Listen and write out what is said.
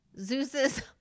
Zeus's